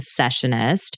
concessionist